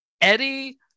Eddie